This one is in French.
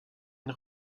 une